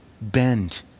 bend